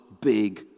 big